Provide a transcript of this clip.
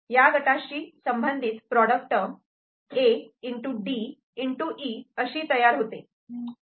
या गटाशी संबंधित प्रॉडक्ट टर्म ADE अशी तयार होते ठीक आहे